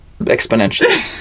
exponentially